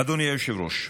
אדוני היושב-ראש,